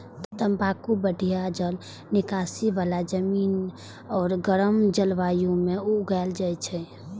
तंबाकू बढ़िया जल निकासी बला जमीन आ गर्म जलवायु मे उगायल जाइ छै